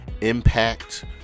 Impact